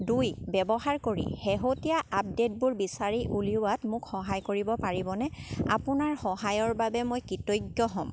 দুই ব্যৱহাৰ কৰি শেহতীয়া আপডেটবোৰ বিচাৰি উলিওৱাত মোক সহায় কৰিব পাৰিবনে আপোনাৰ সহায়ৰ বাবে মই কৃতজ্ঞ হ'ম